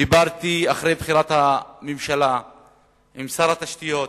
דיברתי אחרי בחירת הממשלה עם שר התשתיות